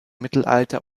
mittelalter